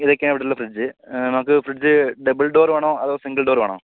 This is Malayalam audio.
ഇതൊക്കെയാണ് ഇവിടുള്ള ഫ്രിഡ്ജ് നമുക്ക് ഫ്രിഡ്ജ് ഡബിൾ ഡോറ് വേണോ അതോ സിംഗിൾ ഡോറ് വേണോ